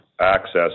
access